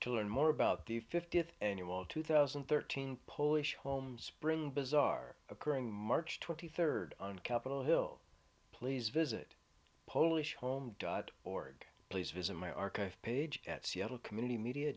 to learn more about the fiftieth annual two thousand and thirteen polish home spring bazaar occurring march twenty third on capitol hill please visit polish home dot org please visit my archive page at seattle community media